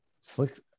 Slick